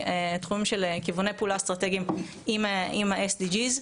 של כיווני הפעולה האסטרטגיים עם ה-SDG.